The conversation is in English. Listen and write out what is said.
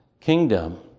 kingdom